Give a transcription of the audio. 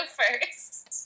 first